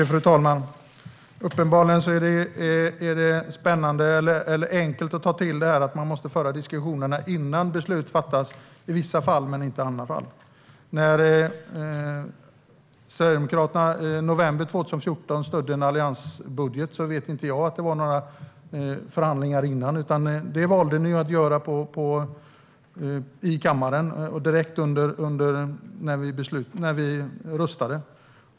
Fru talman! Uppenbarligen är det enkelt att ta till detta med att man måste föra diskussioner innan beslut fattas i vissa fall men inte i andra fall. Jag vet inte att det var några förhandlingar innan Sverigedemokraterna i november 2014 stödde en alliansbudget. Det valde ni att göra i kammaren när vi röstade.